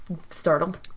startled